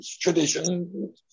tradition